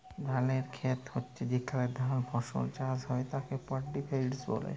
ধালের খেত হচ্যে যেখলে ধাল ফসল চাষ হ্যয় তাকে পাড্ডি ফেইল্ড ব্যলে